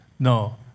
No